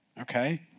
Okay